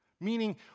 meaning